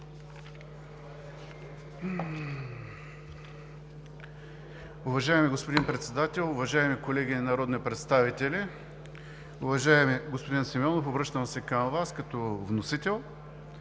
Уважаеми господин Председател, уважаеми колеги народни представители! Уважаеми господин Симеонов, обръщам се към Вас като вносител.